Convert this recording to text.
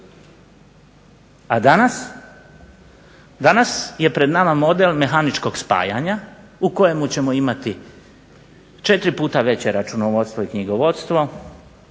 A danas? Danas je pred nama model mehaničkog spajanja u kojemu ćemo imati 4 puta veće računovodstvo i knjigovodstvo,